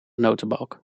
notenbalk